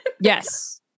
yes